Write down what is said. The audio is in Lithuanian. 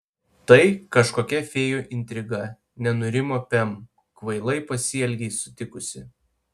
tai kažkokia fėjų intriga nenurimo pem kvailai pasielgei sutikusi